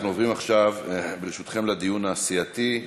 אנחנו עוברים עכשיו, ברשותכם, לדיון הסיעתי.